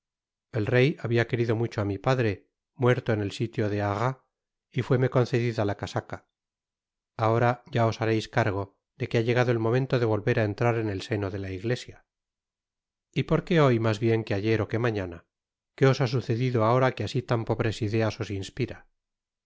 el rey habia querido mucho á mi padre muerto en el sitio de arras y fuéme concedida la casaca ahora ya os hareis cargo de que ha llegado el momento de volver á entrar en el seno de la iglesia y por qué hoy mas bien que ayer ó que mañana qué os ha sucedido ahora que asi tan pobres ideas os inspira